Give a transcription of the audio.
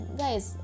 guys